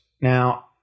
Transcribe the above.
Now